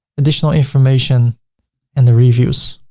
additional information and the reviews.